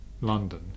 London